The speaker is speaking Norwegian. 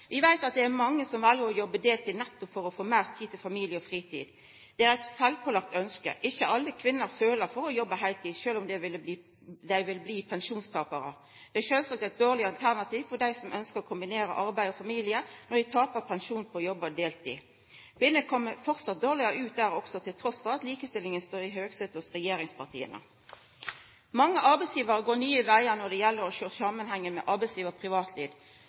Vi veit at det er mange som vel å jobba deltid, nettopp for å få meir tid til familie og fritid. Det er eit sjølvpålagt ønske. Ikkje alle kvinner føler for å jobba heiltid, sjølv om dei vil bli pensjonstaparar. Det er sjølvsagt eit dårleg alternativ for dei som ønskjer å kombinera arbeid og familie, når dei tapar pensjon på å jobba deltid. Kvinner kjem framleis dårlegare ut også der, trass i at likestillinga står i høgsetet hos regjeringspartia. Mange arbeidsgivarar går nye vegar når det gjeld å sjå samanhengen mellom arbeidsliv og privatliv.